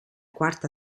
quarta